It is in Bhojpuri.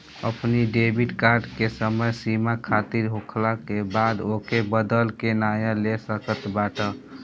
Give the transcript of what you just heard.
अपनी डेबिट कार्ड के समय सीमा खतम होखला के बाद ओके बदल के नया ले सकत बाटअ